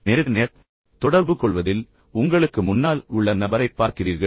நேருக்கு நேர் தொடர்புகொள்வதில் உங்களுக்கு முன்னால் உள்ள நபரைப் பார்க்கிறீர்கள்